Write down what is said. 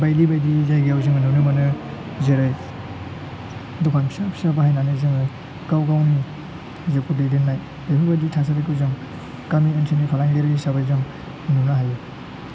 बायदि बायदि जायगायाव जों नुनो मोनो जेरै दखान फिसा फिसा बाहायनानै जोङो गाव गावनि जिउखौ दैदेननाय बेफोर बायदि थासारिखौ जों गामि ओनसोलनि फालांगिरि हिसाबै जों नुनो हायो